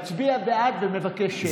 מצביע בעד ומבקש שמית.